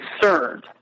concerned